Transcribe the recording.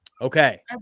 Okay